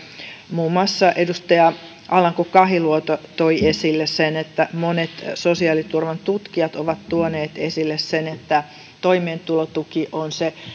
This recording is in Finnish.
muun muassa edustaja alanko kahiluoto toi esille sen että monet sosiaaliturvan tutkijat ovat tuoneet esille sen että toimeentulotuki on se